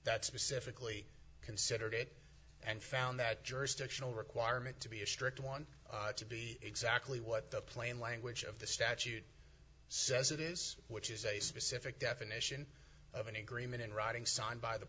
that specifically considered it and found that jurisdictional requirement to be a strict one to be exactly what the plain language of the statute says it is which is a specific definition of an agreement in writing signed by the